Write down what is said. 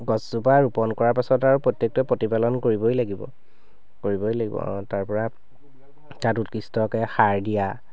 গছজোপা ৰোপণ কৰা পাছত আৰু প্ৰত্যেকটোৱে প্ৰতিপালন কৰিবই লাগিব কৰিবই লাগিব অঁ তাৰ পৰা তাত উৎকৃষ্টকৈ সাৰ দিয়া